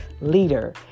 leader